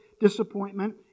disappointment